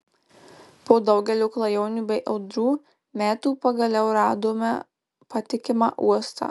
po daugelio klajonių bei audrų metų pagaliau radome patikimą uostą